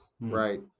Right